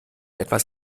etwas